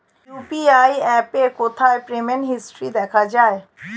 UPI অ্যাপে কোথায় payment history দেখা যায়?